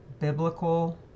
biblical